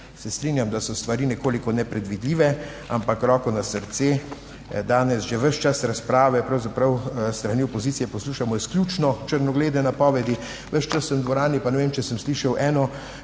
Se strinjam, da so stvari nekoliko nepredvidljive, ampak roko na srce, danes že ves čas razprave pravzaprav s strani opozicije poslušamo izključno črnoglede napovedi, ves čas v dvorani, pa ne vem, če sem slišal eno